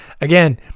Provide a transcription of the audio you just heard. again